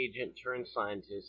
agent-turned-scientist